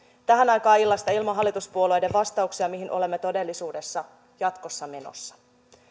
tähän aikaan illasta ilman hallituspuolueiden vastauksia mihin olemme todellisuudessa jatkossa menossa